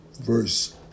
verse